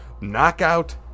Knockout